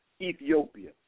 Ethiopia